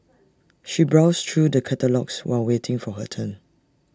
she browsed through the catalogues while waiting for her turn